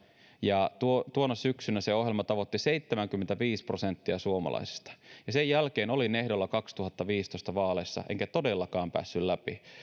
ja tuona syksynä se ohjelma tavoitti seitsemänkymmentäviisi prosenttia suomalaisista sen jälkeen olin ehdolla kaksituhattaviisitoista vaaleissa enkä todellakaan päässyt läpi